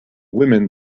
women